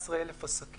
הענף מונה 14,000 עסקים.